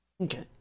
Okay